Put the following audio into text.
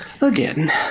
again